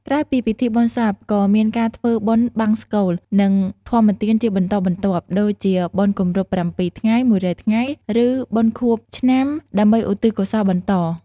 ក្រោយពីពិធីបុណ្យសព ក៏មានការធ្វើបុណ្យបង្សុកូល និងធម្មទានជាបន្តបន្ទាប់ ដូចជាបុណ្យគម្រប់ ៧ ថ្ងៃ ១០០ ថ្ងៃ ឬបុណ្យខួបឆ្នាំ ដើម្បីឧទ្ទិសកុសលបន្ត។